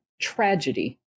tragedy